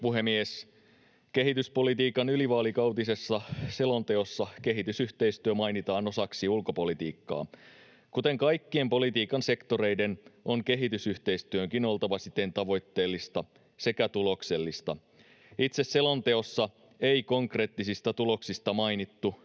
puhemies! Kehityspolitiikan ylivaalikautisessa selonteossa kehitysyhteistyö mainitaan osaksi ulkopolitiikkaa. Kuten kaikkien politiikan sektoreiden, on kehitysyhteistyönkin oltava siten tavoitteellista sekä tuloksellista. Itse selonteossa ei konkreettisista tuloksista mainittu,